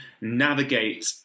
navigate